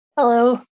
Hello